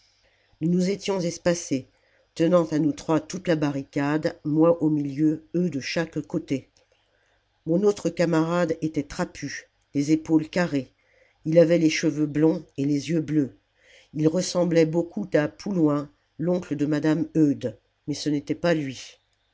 nous nous étions espacés tenant à nous trois toute la barricade moi au milieu eux de chaque côté mon autre camarade était trapu les épaules carrées il avait les cheveux blonds et les yeux bleus il ressemblait beaucoup à poulouin l'oncle de madame eudes mais ce n'était pas lui